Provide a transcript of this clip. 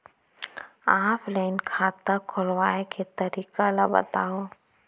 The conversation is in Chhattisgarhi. ऑफलाइन खाता खोलवाय के तरीका ल बतावव?